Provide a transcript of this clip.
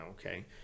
Okay